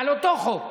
לאותו חוק.